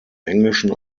englischen